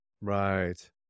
Right